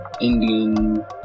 Indian